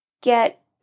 get